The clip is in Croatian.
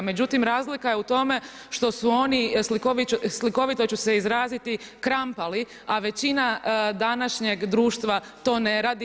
Međutim, razlika je u tome što su oni slikovito ću se izraziti krampali, a većina današnjeg društva to ne radi.